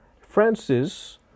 Francis